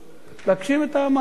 להגשים את המאוויים שלו.